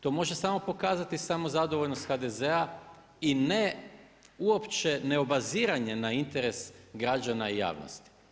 To može samo pokazati samo zadovoljnost HDZ-a i ne uopće ne obaziranje na interes građana i javnosti.